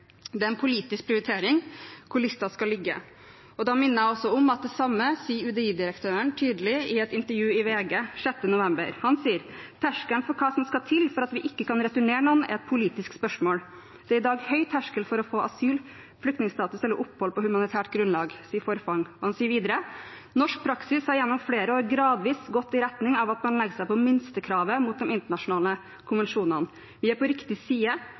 Det er en politisk prioritering hvor listen skal ligge. Da minner jeg også om at det samme sier UDI-direktøren tydelig i et intervju til VG den 6. november. Han sier: «Tersklene for hva som skal til for at vi ikke kan returnere noen, er et politisk spørsmål. Det er i dag høy terskel for å få asyl, flyktningstatus eller opphold på humanitært grunnlag.» Forfang sier videre: «Norsk praksis har gjennom flere år gradvis gått i retning av at man legger seg på minstekravet mot de internasjonale konvensjonene. Vi er på riktig side,